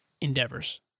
endeavors